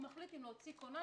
והוא מחליט אם להוציא כונן,